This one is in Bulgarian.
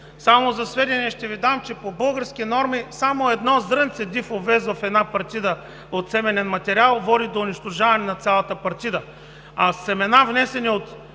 Само за сведение ще Ви дам, че по български норми само едно зрънце див овес в една партида от семенен материал води до унищожаване на цялата партида,